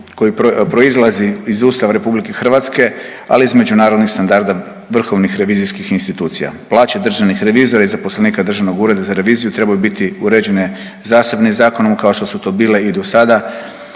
koji proizlazi iz Ustava RH, ali i iz međunarodnih standarda vrhovnih revizijskih institucija. Plaće državnih revizora i zaposlenika Državnog ureda za reviziju trebaju biti uređene zasebnim zakonom kao što su to bile i dosada